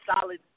solid